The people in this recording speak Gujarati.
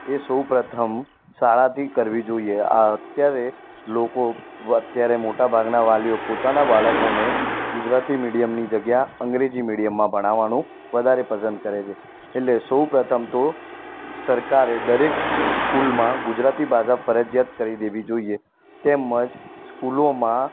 એ સૌ પ્રથમ શાળાથી કરવી જોઈએ આ અત્યારે લોકો વ અત્યારે મોટા ભાગના વાલીઓ પોતાના બાળકોને ગુજરાતી મીડિયમની જગ્યા અંગ્રેજી મીડિયમમાં ભણાવવાનું વધારે પસંદ કરે છે એટલે સૌ પ્રથમ તો સરકારે દરેક સ્કૂલમાં ગુજરાતી ભાષા ફરજિયાત કરી દેવી જોઈએ તેમજ સ્કૂલોમાં